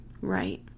Right